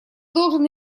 должен